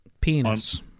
penis